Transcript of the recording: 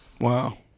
Wow